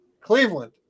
Cleveland